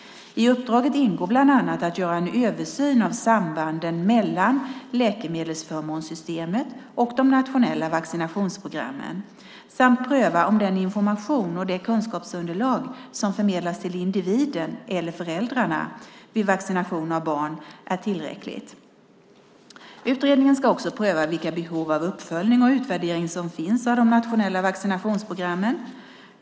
I uppdraget ingår bland annat att göra en översyn av sambandet mellan läkemedelsförmånssystemet och de nationella vaccinationsprogrammen samt pröva om den information och det kunskapsunderlag som förmedlas till individen eller föräldrarna vid vaccination av barn är tillräcklig. Utredningen ska också pröva vilka behov av uppföljning och utvärdering som finns av de nationella vaccinationsprogrammen.